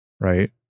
Right